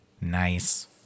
Nice